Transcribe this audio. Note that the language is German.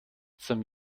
zum